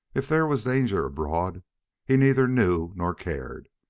if there was danger abroad he neither knew nor cared.